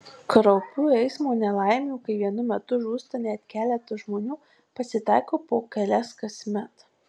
kraupių eismo nelaimių kai vienu metu žūsta net keletas žmonių pasitaiko po kelias kasmet